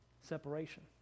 separation